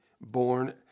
born